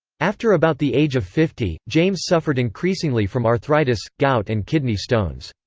after about the age of fifty, james suffered increasingly from arthritis, gout and kidney stones.